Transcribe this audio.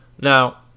Now